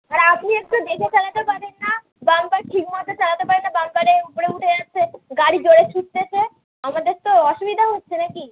আর আপনি একটু দেখে চালাতে পারেন না বাম্পার ঠিক মতো চালাতে পারেন না বাম্পারে উপরে উঠে যাচ্ছে গাড়ি জোরে ছুটতেছে আমাদের তো অসুবিধা হচ্ছে নাকি